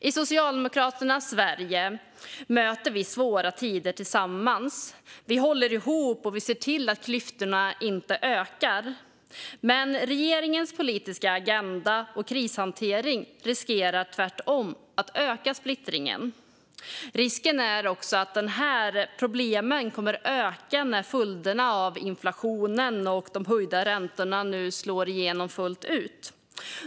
I Socialdemokraternas Sverige möter vi svåra tider tillsammans. Vi håller ihop, och vi ser till att klyftorna inte ökar. Men regeringens politiska agenda och krishantering riskerar tvärtom att öka splittringen. Risken är också att de här problemen kommer att öka när följderna av inflationen och de höjda räntorna slår igenom fullt ut.